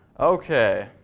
okay